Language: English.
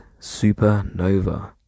supernova